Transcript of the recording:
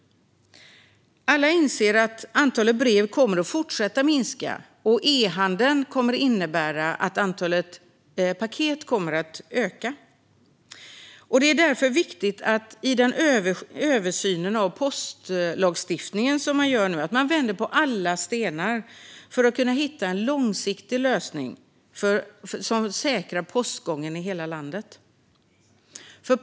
Alla inser att antalet brev kommer att fortsätta att minska. E-handeln kommer att innebära att antalet paket ökar. Därför är det viktigt att man i den översyn av postlagstiftningen som nu görs vänder på alla stenar för att hitta en långsiktig lösning som säkrar postgången i hela landet.